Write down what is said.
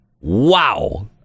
wow